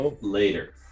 later